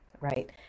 right